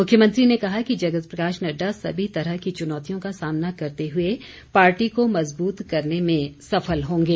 मुख्यमंत्री ने कहा कि जगत प्रकाश नड्डा सभी तरह की चुनौतियों का सामना करते हुए पार्टी को मजबूत करने में सफल होंगे